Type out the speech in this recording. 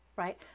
Right